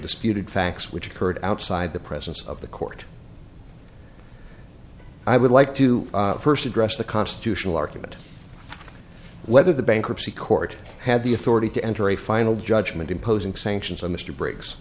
disputed facts which occurred outside the presence of the court i would like to first address the constitutional argument whether the bankruptcy court had the authority to enter a final judgment imposing sanctions on mr br